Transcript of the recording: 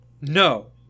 No